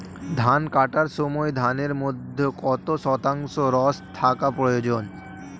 ধান কাটার সময় ধানের মধ্যে কত শতাংশ রস থাকা প্রয়োজন?